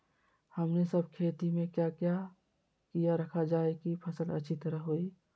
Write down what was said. हमने सब खेती में क्या क्या किया रखा जाए की फसल अच्छी तरह होई?